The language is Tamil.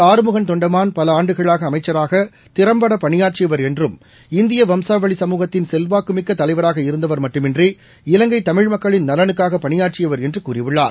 ஆறுமுகன் தொண்டமான் பல ஆண்டுகளாக அமைச்சராக திறம்பட பணியாற்றியவர் என்றும் இந்திய வம்சாவளி சமூகத்தின் செல்வாக்குமிக்க தலைவராக இருந்தவர் மட்டுமின்றி இவங்கை தமிழ்மக்களின் நலனுக்காக பணியாற்றியவர் என்று கூறியுள்ளள்